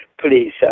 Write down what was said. Please